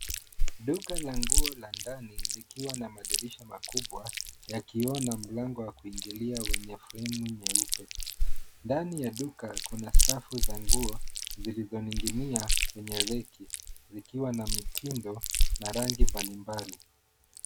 Duka la nguo la ndani likiwa na madirisha makubwa ya kioo, na mlango wa kuingilia wenye fremu nyeupe. Ndani ya duka, kuna safu za nguo zilizoning'inia kwenye raki, zikiwa na mitindo na rangi mbalimbali.